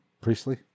Priestley